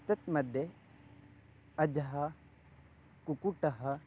तन्मध्ये अजः कुक्कुटः